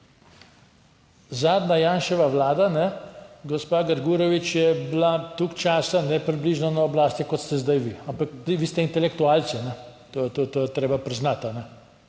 Zadnja Janševa vlada, gospa Grgurevič, je bila toliko časa približno na oblasti, kot ste zdaj vi, ampak vi ste intelektualci, to je treba priznati.